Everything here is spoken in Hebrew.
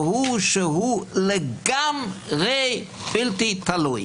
והוא שהוא לגמרי בלתי תלוי.